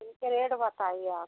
इनके रेट बताइए आप